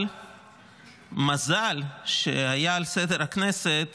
אבל מזל שהייתה על סדר-היום של הכנסת